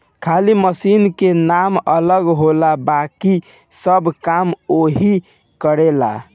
खाली मशीन के नाम अलग होला बाकिर सब काम ओहीग करेला